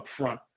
upfront